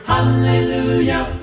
Hallelujah